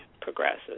progresses